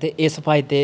ते इस फायदे